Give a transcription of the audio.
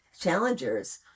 challengers